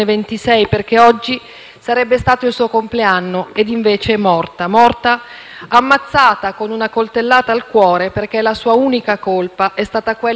ammazzata con una coltellata al cuore, perché la sua unica colpa è stata quella di innamorarsi dell'uomo sbagliato e di cambiare idea, resasi conto dell'errore.